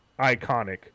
iconic